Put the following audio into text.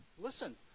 listen